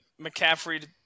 McCaffrey